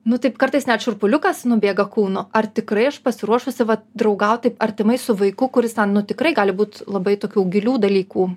nu taip kartais net šiurpuliukas nubėga kūnu ar tikrai aš pasiruošusi va draugauti artimai su vaiku kuris ten nu tikrai gali būt labai tokių gilių dalykų